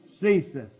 ceases